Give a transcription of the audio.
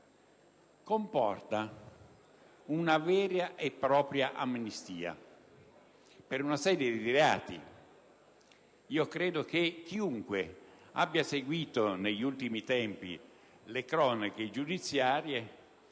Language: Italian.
comporta una vera e propria amnistia per una serie di reati. Chiunque abbia seguito negli ultimi tempi le cronache giudiziarie